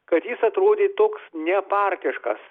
kad jis atrodė toks nepartiškas